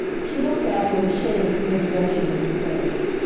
she looked at him with a shade of commiseration in her face.